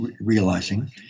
realizing